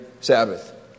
Sabbath